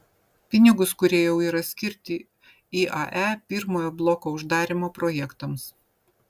pinigus kurie jau yra skirti iae pirmojo bloko uždarymo projektams